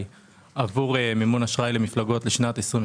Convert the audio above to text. עבור מימון אשראי למפלגות לשנת 2022,